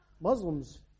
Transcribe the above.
Muslims